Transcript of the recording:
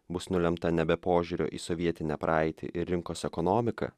bus nulemta nebe požiūrio į sovietinę praeitį ir rinkos ekonomiką